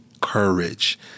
courage